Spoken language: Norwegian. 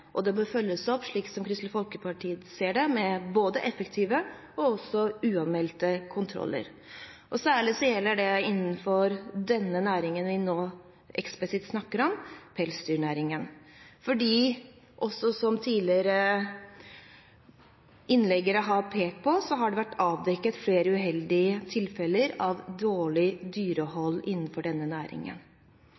og det bør følges opp – slik Kristelig Folkeparti ser det – med både effektive og uanmeldte kontroller. Særlig gjelder det innenfor den næringen vi nå eksplisitt snakker om – pelsdyrnæringen – fordi det har, som også tidligere talere har pekt på, vært avdekket flere uheldige tilfeller av dårlig dyrehold innenfor denne næringen.